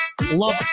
Love